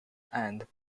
and